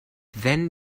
then